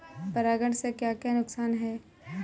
परागण से क्या क्या नुकसान हैं?